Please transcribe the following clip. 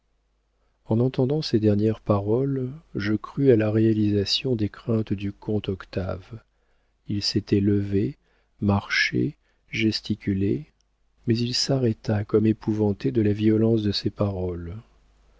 en entendant ces dernières paroles je crus à la réalisation des craintes du comte octave il s'était levé marchait gesticulait mais il s'arrêta comme épouvanté de la violence de ses paroles